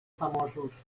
famosos